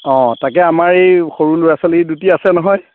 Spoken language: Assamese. অ তাকে আমাৰ এই সৰু ল'ৰা ছোৱালী দুটি আছে নহয়